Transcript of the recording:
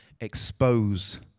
expose